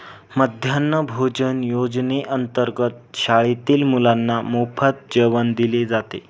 मध्यान्ह भोजन योजनेअंतर्गत शाळेतील मुलांना मोफत जेवण दिले जाते